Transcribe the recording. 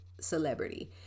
celebrity